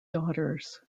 daughters